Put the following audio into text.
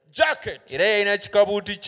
jacket